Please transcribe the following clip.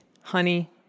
honey